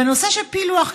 בנושא של פילוח.